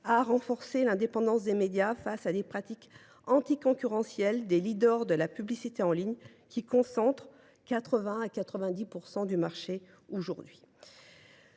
à renforcer l’indépendance des médias face aux pratiques anticoncurrentielles des leaders de la publicité en ligne, qui concentrent 80 à 90 % du marché. Je souhaite